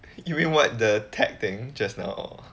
you mean what the tech thing just now or